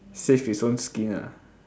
save his own skin ah